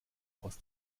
aus